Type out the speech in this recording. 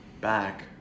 back